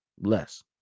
less